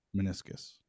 meniscus